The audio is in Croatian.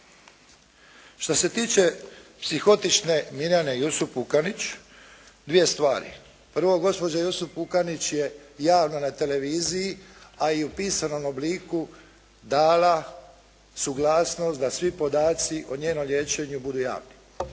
Što se tiče psihotične Mirjane Jusup Pukanić, dvije stvari. Prvo gospođa Jusup Pukanić je javno na televiziji, a u pisanom obliku dala suglasnost da svi podaci o njenom liječenju budu javni.